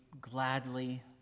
gladly